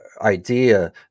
idea